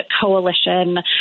coalition